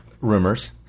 rumors